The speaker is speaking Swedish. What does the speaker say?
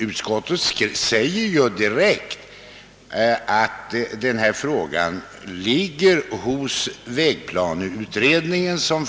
Utskottet säger att även denna fråga skall behandlas av vägplaneutredningen.